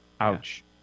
Ouch